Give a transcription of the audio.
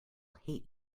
hate